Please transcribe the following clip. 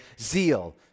zeal